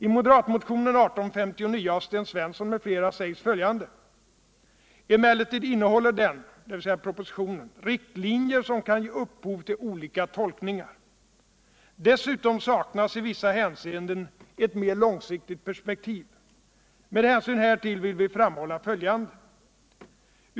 I moderatmotionen 1859 av Sten Svensson m.fl. sägs bl.a. följande: ”Emellertid innehåller den” —- dvs. propositionen — ”riktlinjer som kan ge upphov till olika tolkningar. Dessutom saknas i vissa hänseenden ett mera långsiktigt perspektiv. Med hänsyn härtill vill vi framhålla följande.